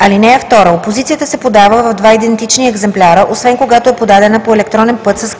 (2) Опозицията се подава в два идентични екземпляра, освен когато е подадена по електронен път с